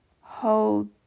Hold